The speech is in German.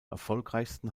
erfolgreichsten